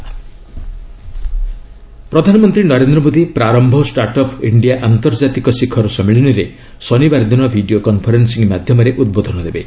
PM Prarambh ପ୍ରଧାନମନ୍ତ୍ରୀ Narendra Modi 'Prarambh start up India ଆନ୍ତର୍ଜାତିକ ଶିଖର ସମ୍ମିଳନୀ'ରେ ଶନିବାର ଦିନ ଭିଡ଼ିଓ କନ୍ଫରେନ୍ସିଂ ମାଧ୍ୟମରେ ଉଦ୍ବୋଧନ ଦେବେ